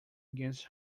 against